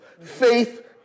Faith